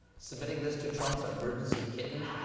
submitting this to trump's emergency kitten